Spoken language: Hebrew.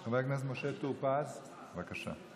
חבר הכנסת משה טור פז, בבקשה.